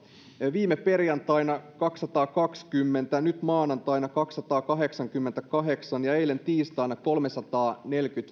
viime perjantaina kaksisataakaksikymmentä nyt maanantaina kaksisataakahdeksankymmentäkahdeksan ja eilen tiistaina kolmesataaneljäkymmentäviisi